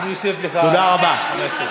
תודה רבה.